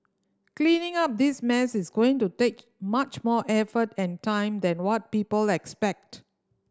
cleaning up this mess is going to take much more effort and time than what people expect